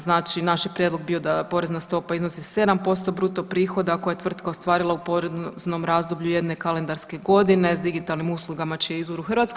Znači naš je prijedlog bio da porezna stopa iznosi 7% bruto prihoda ako je tvrtka ostvarila u poreznom razdoblju jedne kalendarske godine s digitalnim uslugama čiji je izvor u Hrvatskoj.